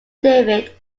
david